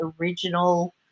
original